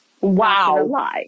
wow